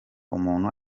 umuntu